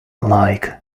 like